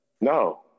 No